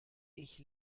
ich